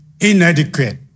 inadequate